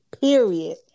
period